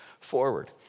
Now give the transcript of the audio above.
forward